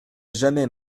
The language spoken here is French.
jamais